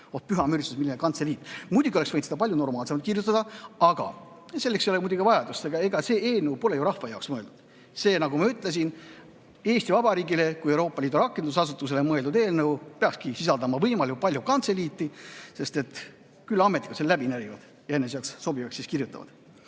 püha müristus! Milline kantseliit! Muidugi oleks võinud seda palju normaalsemalt kirjutada, aga selleks ei ole muidugi vajadust. Ega see eelnõu pole ju rahva jaoks mõeldud. See, nagu ma ütlesin, Eesti Vabariigile kui Euroopa Liidu rakendusasutusele mõeldud eelnõu peakski sisaldama võimalikult palju kantseliiti, küll ametnikud selle läbi närivad ja enese jaoks sobivaks kirjutavad.